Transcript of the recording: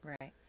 Right